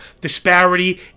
disparity